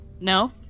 No